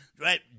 Right